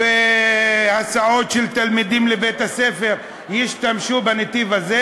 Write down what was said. והסעות של תלמידים לבית-הספר ישתמשו בנתיב הזה.